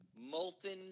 Molten